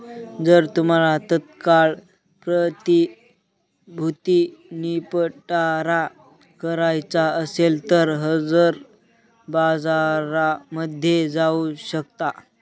जर तुम्हाला तात्काळ प्रतिभूती निपटारा करायचा असेल तर हजर बाजारामध्ये जाऊ शकता